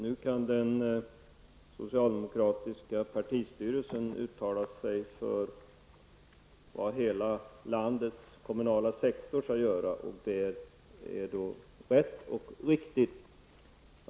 Nu kan den socialdemokratiska partistyrelsen uttala sig om vad hela landets kommunala sektor skall göra. Det tycker man är rätt och riktigt.